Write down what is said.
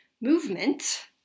movement